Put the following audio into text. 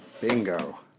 Bingo